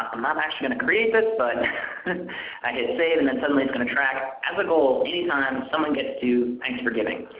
i'm not actually going to create this but i could say it and then suddenly is going to track as a goal any time someone gets to thanks for giving.